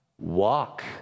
Walk